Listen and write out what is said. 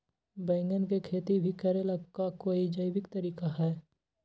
बैंगन के खेती भी करे ला का कोई जैविक तरीका है?